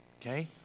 Okay